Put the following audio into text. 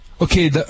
Okay